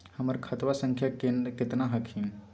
हमर खतवा संख्या केतना हखिन?